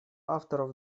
авторов